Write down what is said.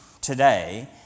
today